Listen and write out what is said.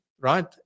right